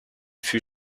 fut